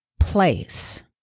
place